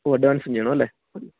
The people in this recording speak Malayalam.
ഓ അഡ്വാൻസം ചെയ്യണമല്ലേ